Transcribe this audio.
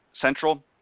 Central